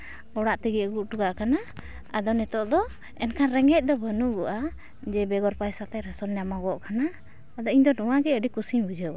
ᱚᱲᱟᱜ ᱛᱮᱜᱮ ᱟᱹᱜᱩ ᱚᱴᱚ ᱠᱟᱜ ᱠᱟᱱᱟ ᱟᱫᱚ ᱱᱤᱛᱳᱜ ᱫᱚ ᱮᱱᱠᱷᱟᱱ ᱨᱮᱸᱜᱮᱡ ᱫᱚ ᱵᱟᱹᱱᱩᱜᱚᱜᱼᱟ ᱡᱮ ᱵᱮᱜᱚᱨ ᱯᱟᱭᱥᱟ ᱛᱮ ᱨᱮᱥᱚᱱ ᱧᱟᱢᱚᱜᱚᱜ ᱠᱟᱱᱟ ᱟᱫᱚ ᱤᱧ ᱫᱚ ᱱᱚᱣᱟ ᱜᱮ ᱟᱹᱰᱤ ᱠᱩᱥᱤᱧ ᱵᱩᱡᱷᱟᱹᱣᱟ